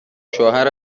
شوهر